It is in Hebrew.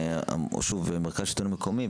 מרכז שלטון מקומי.